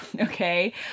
okay